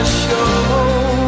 show